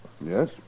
Yes